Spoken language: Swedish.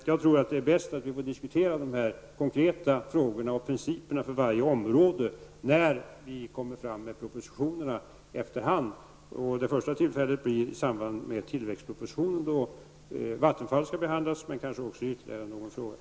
Jag tror att det är bäst att vi får diskutera de konkreta frågorna och principerna för varje område när propositionerna efter hand läggs fram. Det första tillfället blir i samband med tilläggspropositionen. Då skall Vattenfall och övriga saker behandlas.